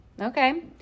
okay